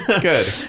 good